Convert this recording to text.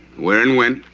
where and when?